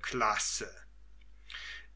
klasse